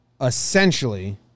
essentially